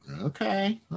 okay